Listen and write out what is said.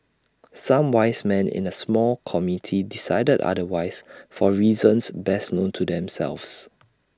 some wise men in A small committee decided otherwise for reasons best known to themselves